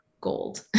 gold